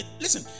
listen